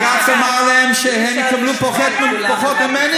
בג"ץ אמר להם שהם יקבלו פחות ממני,